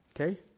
Okay